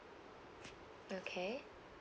okay